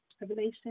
Revelation